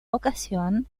ocasión